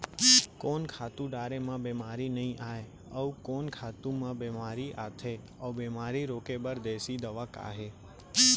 कोन खातू डारे म बेमारी नई आये, अऊ कोन खातू म बेमारी आथे अऊ बेमारी रोके बर देसी दवा का हे?